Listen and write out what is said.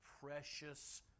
precious